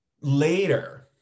Later